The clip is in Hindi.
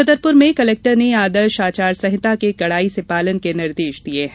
छतरपुर में कलेक्टर ने आदर्श आचार संहिता के कडाई से पालन के निर्देश दिये है